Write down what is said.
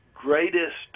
Greatest